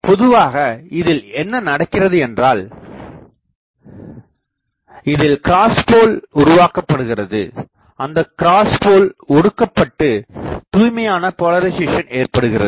பொதுவாக இதில் என்ன நடக்கிறது என்றால் இதில் கிராஸ்போல் உருவாக்கப்படுகிறது அந்தக் கிராஸ்போல் ஒடுக்கப்பட்டுத் தூய்மையான போலரிசேசன் ஏற்படுகிறது